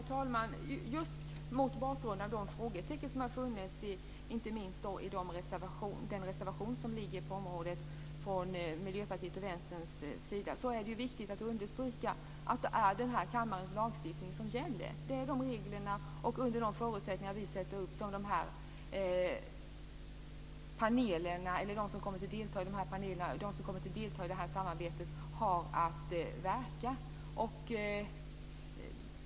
Herr talman! Just mot bakgrund av de frågetecken som har funnits inte minst i den reservation som Miljöpartiet och Vänstern skrivit är det viktigt att understryka att det är den här kammarens lagstiftning som gäller. Det är med de regler och under de förutsättningar riksdagen sätter upp som de som kommer att delta i panelerna och samarbetet har att verka.